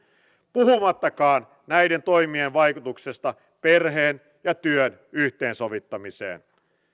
puhumattakaan näiden toimien vaikutuksesta perheen ja työn yhteensovittamiseen